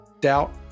doubt